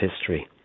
history